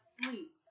sleep